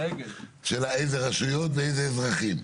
השאלה איזה רשויות ואיזה אזרחים,